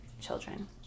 children